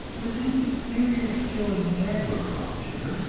with his superior skill in agriculture,